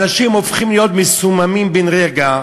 אנשים הופכים להיות מסוממים בן רגע,